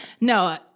no